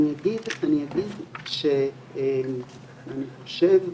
אני אגיד שאני חושב,